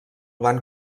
van